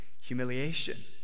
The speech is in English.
humiliation